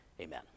Amen